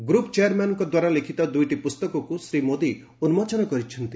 group ଚେୟାରମ୍ୟାନ୍ଙ୍କ ଦ୍ୱାରା ଲିଖିତ ଦୁଇଟି ପୁସ୍ତକକୁ ଶ୍ରୀ ମୋଦି ଉନ୍ଲୋଚନ କରିଛନ୍ତି